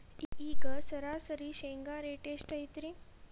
ಈಗ ಸರಾಸರಿ ಶೇಂಗಾ ರೇಟ್ ಎಷ್ಟು ಐತ್ರಿ?